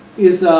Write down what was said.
is,